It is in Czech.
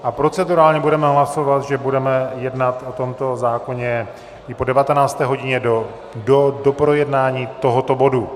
A procedurálně budeme hlasovat, že budeme jednat o tomto zákoně i po 19. hodině do doprojednání tohoto bodu.